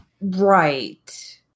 Right